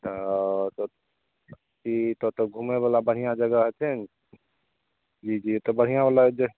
तऽ ओतऽ की तब तऽ घुमयवला बढ़िआँ जगह हेतय ने जी जी एतऽ बढ़ियाँवला जे